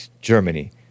Germany